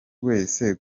wese